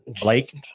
Blake